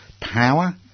power